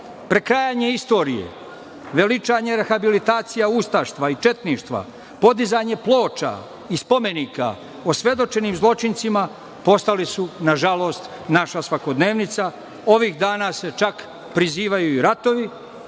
Prekrajanje istorije, veličanje rehabilitacije ustavštva i četništva, podizanje ploča i spomenika osvedočenim zločincima postali su nažalost naša svakodnevnica. Ovih dana se čak prizivaju i ratovi,